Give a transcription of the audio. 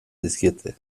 dizkiete